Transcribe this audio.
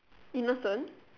innocent